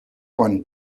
one